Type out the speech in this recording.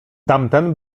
tamten